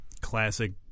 Classic